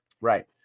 Right